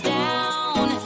down